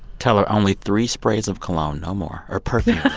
tell her only three sprays of cologne no more or perfume,